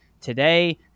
today